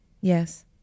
Yes